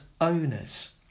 owners